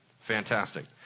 fantastic